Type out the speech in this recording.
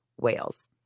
whales